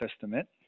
Testament